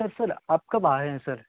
سر sir آپ کب آ رہے ہیں سر